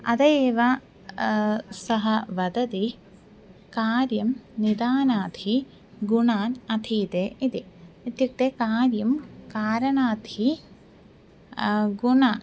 अतः एव सः वदति कार्यं निदानाथिगुणान् अधीते इति इत्युक्ते कार्यं कारणार्थी गुणः